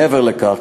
מעבר לכך,